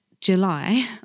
july